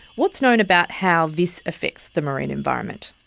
what is known about how this affects the marine environment?